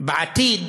בעתיד